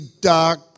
dark